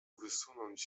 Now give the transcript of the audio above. wysunąć